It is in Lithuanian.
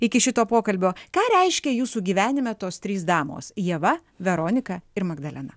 iki šito pokalbio ką reiškia jūsų gyvenime tos trys damos ieva veronika ir magdalena